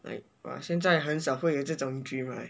like !wah! 现在很少会有这种 dream right